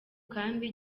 kandi